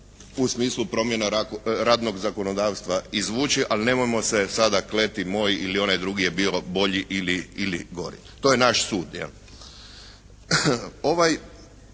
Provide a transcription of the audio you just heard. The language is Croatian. u smislu promjena radnog zakonodavstva izvući, ali nemojmo se sada kleti moj ili onaj drugi je bio bolji ili gori. To je naš sud.